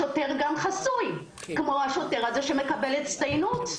השוטר גם חסוי, כמו השוטר הזה שמקבל הצטיינות.